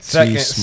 Second